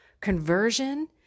conversion